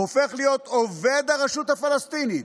הופך להיות עובד הרשות הפלסטינית.